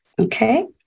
Okay